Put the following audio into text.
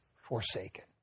forsaken